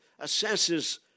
assesses